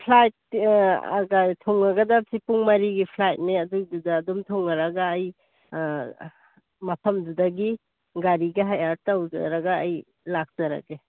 ꯐ꯭ꯂꯥꯏꯠꯇꯤ ꯊꯨꯡꯉꯒꯗꯕꯁꯤ ꯄꯨꯡ ꯃꯔꯤꯒꯤ ꯐ꯭ꯂꯥꯏꯠꯅꯤ ꯑꯗꯨꯏꯗꯨꯗ ꯑꯗꯨꯝ ꯊꯨꯡꯂꯔꯒ ꯑꯩ ꯃꯐꯝꯗꯨꯗꯒꯤ ꯒꯥꯔꯤꯒ ꯍꯥꯏꯌꯔ ꯇꯧꯖꯔꯒ ꯑꯩ ꯂꯥꯛꯆꯔꯒꯦ